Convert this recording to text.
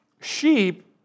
Sheep